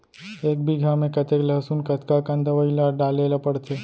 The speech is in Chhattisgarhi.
एक बीघा में कतेक लहसुन कतका कन दवई ल डाले ल पड़थे?